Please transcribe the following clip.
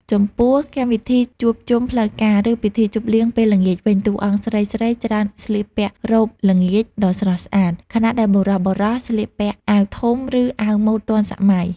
ចំពោះកម្មវិធីជួបជុំផ្លូវការ ឬពិធីជប់លៀងពេលល្ងាចវិញ តួអង្គស្រីៗច្រើនស្លៀកពាក់ រ៉ូបល្ងាច ដ៏ស្រស់ស្អាត ខណៈដែលបុរសៗស្លៀកពាក់អាវធំ ឬអាវម៉ូដទាន់សម័យ។